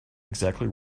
exactly